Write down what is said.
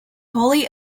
wholly